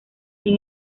sin